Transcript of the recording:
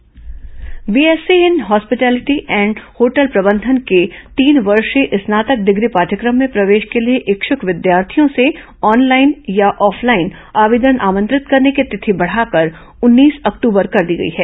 hotel प्रबंधन पाठ यक्रम BSc in hospitality and hotel प्रबंधन के तीन वर्षीय स्नातक डिग्री पाठ्यक्रम में प्रवेश के लिए इच्छुक विद्यार्थियों से ऑनलाइन या ऑफलाइन आवेदन आमंत्रित करने की तिथि बढ़ाकर उन्नीस अक्टूबर कर दी गई है